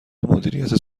مدیریت